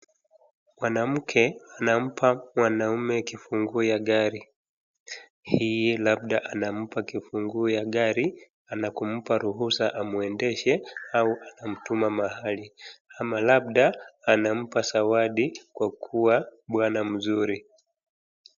Mwanamke anampa mwanaume kifungu ya gari, hii labda anampa kifunguu ya gari na kumpa ruhusa amuendeshe au anamtuma mahali ama labda anampa zawadi kwa kuwa bwana mzuri.